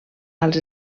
als